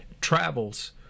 travels